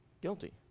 guilty